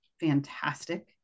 fantastic